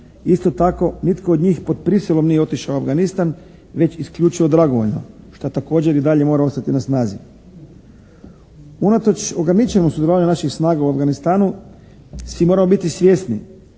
Isto tako nitko od njih pod prisilom nije otišao u Afganistan već isključivo dragovoljno, šta također i dalje mora ostati na snazi. Unatoč ograničenom sudjelovanju naših snaga u Afganistanu svi moramo biti svjesni